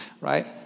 right